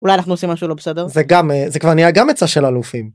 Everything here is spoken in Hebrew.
אולי אנחנו עושים משהו לא בסדר זה גם זה כבר נהיה גם עצה של אלופים.